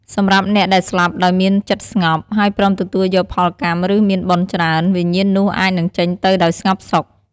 សម្រាប់អ្នកដែលស្លាប់ដោយមានចិត្តស្ងប់ ហើយព្រមទទួលយកផលកម្ម ឬមានបុណ្យច្រើន វិញ្ញាណនោះអាចនឹងចេញទៅដោយស្ងប់សុខ។